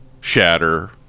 shatter